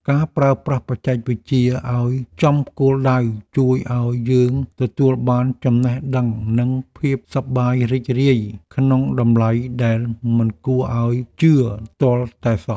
ការប្រើប្រាស់បច្ចេកវិទ្យាឱ្យចំគោលដៅជួយឱ្យយើងទទួលបានចំណេះដឹងនិងភាពសប្បាយរីករាយក្នុងតម្លៃដែលមិនគួរឱ្យជឿទាល់តែសោះ។